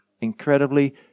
incredibly